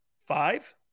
Five